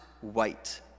white